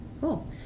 Cool